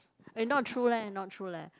eh not true leh not true leh